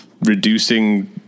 reducing